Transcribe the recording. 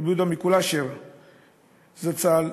רבי יהודה מקולאשר זצ"ל,